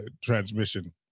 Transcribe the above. transmission